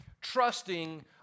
trusting